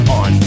on